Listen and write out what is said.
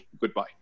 Goodbye